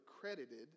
credited